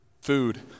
food